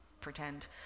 pretend